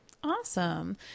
awesome